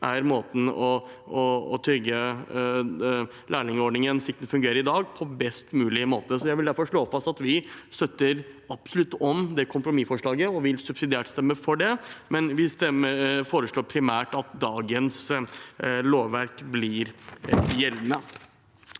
er måten å trygge lærlingordningen slik den fungerer i dag, på best mulig måte. Jeg vil derfor slå fast at vi absolutt støtter opp om kompromissforslaget og vil subsidiært stemme for det, men vi foreslår primært at dagens lovverk forblir gjeldende.